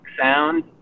sound